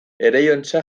ereinotza